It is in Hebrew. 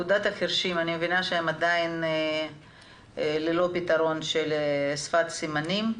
אגודת החירשים אני מבינה שהם עדיין ללא פתרון של שפת סימנים.